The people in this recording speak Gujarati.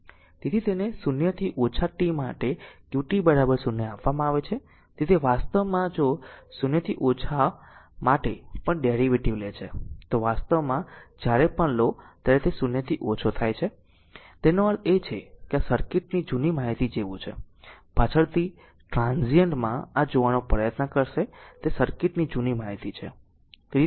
તેથી તેને 0 થી ઓછા t માટે qt 0 આપવામાં આવે છે તેથી તે વાસ્તવમાં જો 0 થી ઓછા માટે પણ ડેરીવેટીવ લે છે તો વાસ્તવમાં જ્યારે પણ લો ત્યારે તે 0 થી ઓછો થાય છે તેનો અર્થ એ છે કે આ સર્કિટની જૂની માહિતી જેવું છે પાછળથી ટ્રાન્ઝીયન્ત માં આ જોવાનો પ્રયત્ન કરશે તે સર્કિટની જૂની માહિતી છે